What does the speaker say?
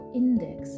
index